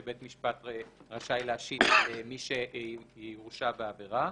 שבית משפט רשאי להשית על מי שיורשה בעבירה.